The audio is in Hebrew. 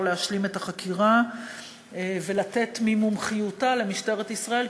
להשלים את החקירה ולתת ממומחיותה למשטרת ישראל,